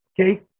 Okay